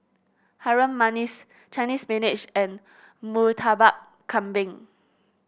Harum Manis Chinese Spinach and Murtabak Kambing